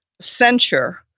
censure